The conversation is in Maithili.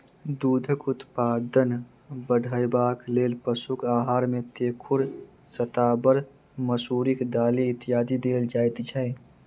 दूधक उत्पादन बढ़यबाक लेल पशुक आहार मे तेखुर, शताबर, मसुरिक दालि इत्यादि देल जाइत छै